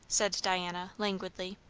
said diana languidly.